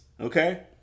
okay